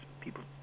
people